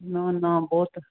ਨਾ ਨਾ ਬਹੁਤ